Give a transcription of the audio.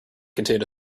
contained